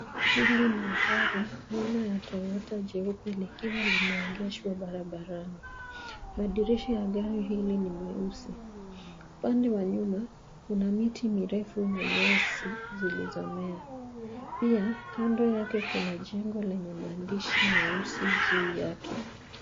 Hili ni gari aina ya Toyota jeupe likiwa limeegeshwa barabarani. Madirisha ya gari hili ni meusi. Upande wanyuma kuna miti mirefu na nyasi zilizomea. Pia, kando yake kuna jengo lenye maandishi meusi juu yake.